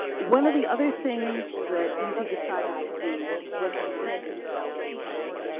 one of the other things that easi decided to do was to print and sell t-shirts.